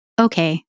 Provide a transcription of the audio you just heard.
Okay